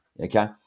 okay